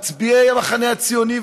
מצביעי המחנה הציוני,